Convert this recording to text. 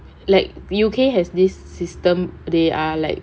like U_K has this system they are like